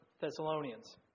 Thessalonians